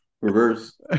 Reverse